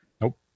Nope